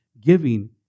giving